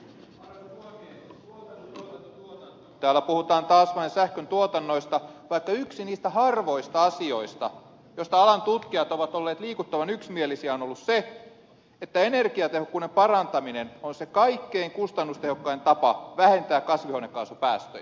tuotanto tuotanto tuotanto täällä puhutaan taas vain sähköntuotannoista vaikka yksi niistä harvoista asioista josta alan tutkijat ovat olleet liikuttavan yksimielisiä on ollut se että energiatehokkuuden parantaminen on se kaikkein kustannustehokkain tapa vähentää kasvihuonekaasupäästöjä